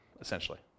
essentially